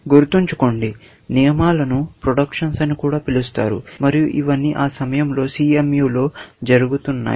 గుర్తుంచుకోండి నియమాల ను ప్రొడక్షన్స్ అని కూడా పిలుస్తారు మరియు ఇవన్నీ ఆ సమయంలో CMU లో జరుగుతున్నాయి